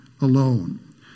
alone